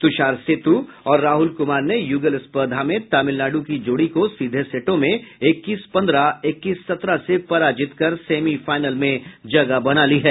तुषार सेतु और राहुल कुमार ने युगल स्पर्धा में तमिलनाडु की जोड़ी को सीधे सेटो में इक्कीस पंद्रह इक्कीस सत्रह से पराजित कर सेमीफाइनल में जगह बना ली है